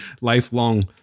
lifelong